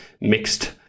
mixed